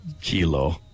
Kilo